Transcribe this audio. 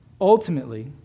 Ultimately